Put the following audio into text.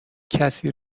کسی